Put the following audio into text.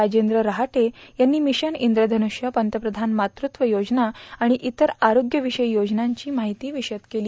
राजेन्द्र राह्यटे यांनी मिशन इंद्रधनूष्य पंतप्रधान मातत्व योजना आणि इतर आरोग्य विषयी योजनाची माहिती विशद केली